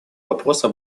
вопроса